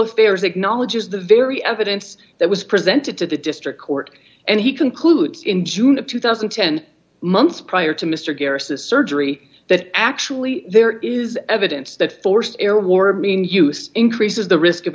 affairs acknowledges the very evidence that was presented to the district court and he concludes in june of two thousand and ten months prior to mr garcia surgery that actually there is evidence that forced air war or mean use increases the risk of